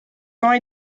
temps